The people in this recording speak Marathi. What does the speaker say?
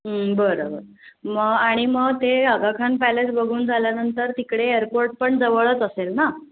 बरं बरं मग आणि मग ते आगाखान पॅलेस बघून झाल्यानंतर तिकडे एअरपोर्ट पण जवळच असेल ना